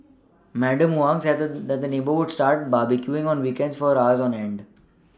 Madam Huang said the said the neighbour would start barbecuing on weekends for hours on end